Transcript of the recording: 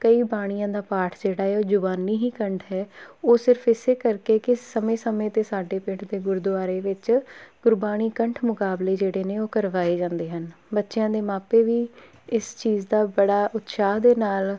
ਕਈ ਬਾਣੀਆਂ ਦਾ ਪਾਠ ਜਿਹੜਾ ਹੈ ਉਹ ਜੁਬਾਨੀ ਹੀ ਕੰਠ ਹੈ ਉਹ ਸਿਰਫ਼ ਇਸੇ ਕਰਕੇ ਕਿ ਸਮੇਂ ਸਮੇਂ 'ਤੇ ਸਾਡੇ ਪਿੰਡ ਦੇ ਗੁਰਦੁਆਰੇ ਵਿੱਚ ਗੁਰਬਾਣੀ ਕੰਠ ਮੁਕਾਬਲੇ ਜਿਹੜੇ ਨੇ ਉਹ ਕਰਵਾਏ ਜਾਂਦੇ ਹਨ ਬੱਚਿਆਂ ਦੇ ਮਾਪੇ ਵੀ ਇਸ ਚੀਜ਼ ਦਾ ਬੜਾ ਉਤਸ਼ਾਹ ਦੇ ਨਾਲ